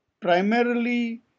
primarily